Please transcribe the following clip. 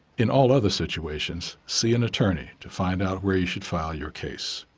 in all other situations, see an attorney to find out where you should file your case.